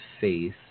faith